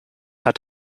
hat